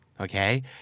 Okay